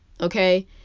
okay